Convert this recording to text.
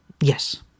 Yes